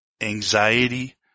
anxiety